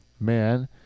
man